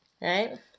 Right